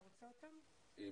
אני